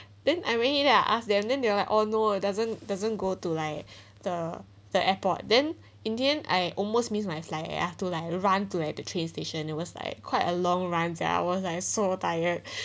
then I went in then ask them then they like all know doesn't doesn't go to like the the airport then in the end I almost missed my flight leh I had to run to a train station it was like quite a long runs I was like so tired